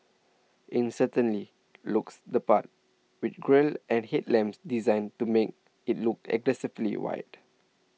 in certainly looks the part with grille and headlamps designed to make it look aggressively wide